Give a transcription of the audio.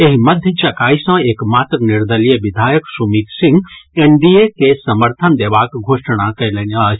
एहि मध्य चकाई सॅ एकमात्र निर्दलीय विधायक सुमित सिंह एनडीए के समर्थन देबाक घोषणा कयलनि अछि